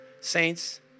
Saints